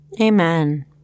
Amen